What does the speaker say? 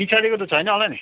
पिछाडिको त छैन होला नि